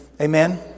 Amen